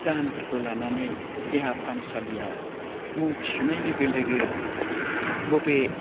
जाहोनफोरखौ लानानै देहा फाहामसालियाव मुं थिसनाय लोगो लोगो बबे